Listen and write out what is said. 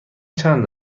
چند